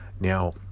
Now